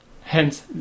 Hence